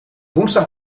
woensdag